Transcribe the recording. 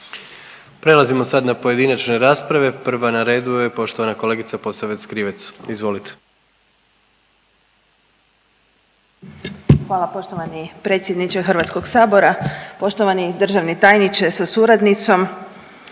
Prelazimo sad na pojedinačne rasprave. Prva na redu je poštovana kolegica Posavec Krivec, izvolite. **Posavec Krivec, Ivana (Nezavisni)** Hvala poštovani predsjedniče Hrvatskog sabora, poštovani državni tajniče sa suradnicom.